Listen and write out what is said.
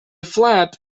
flat